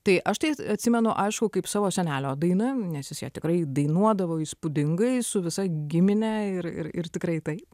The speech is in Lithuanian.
tai aš tai atsimenu aišku kaip savo senelio dainą nes jis ją tikrai dainuodavo įspūdingai su visa gimine ir ir tikrai taip